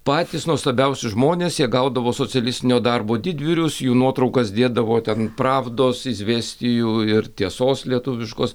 patys nuostabiausi žmonės jie gaudavo socialistinio darbo didvyrius jų nuotraukas dėdavo ten pravdos izvestijų ir tiesos lietuviškos